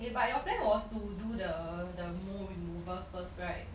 eh but your plan was to do the the mole remover first right